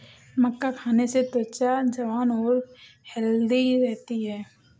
मक्का खाने से त्वचा जवान और हैल्दी रहती है